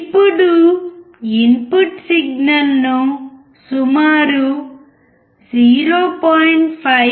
ఇప్పుడు input signal ను సుమారు 0